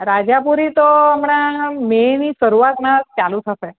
રાજાપૂરી તો હમણાં મેની શરૂઆતમાં ચાલું થશે